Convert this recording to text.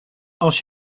als